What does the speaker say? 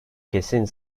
kesin